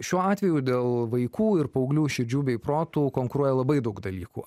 šiuo atveju dėl vaikų ir paauglių širdžių bei protų konkuruoja labai daug dalykų